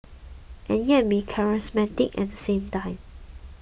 and yet be charismatic at the same time